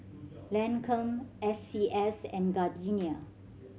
Lancome S C S and Gardenia